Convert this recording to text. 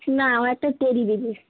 না আমায় একটা টেডি দিবি